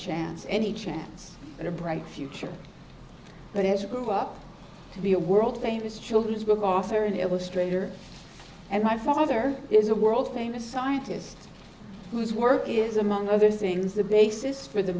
chance any chance at a bright future but had to be a world famous children's book author and illustrator and my father is a world famous scientist whose work is among other things the basis for the